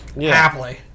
Happily